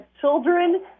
Children